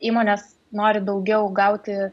įmonės nori daugiau gauti